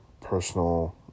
personal